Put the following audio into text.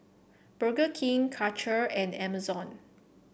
Burger King Karcher and Amazon